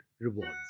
Rewards